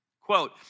quote